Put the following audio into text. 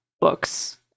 books